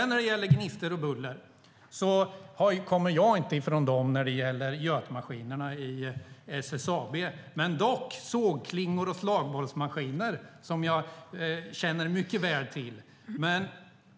När det gäller gnistor och buller kommer jag inte ifrån dem när det gäller gjutmaskinerna i SSAB, däremot sågklingor och slagborrsmaskiner som jag känner mycket väl till.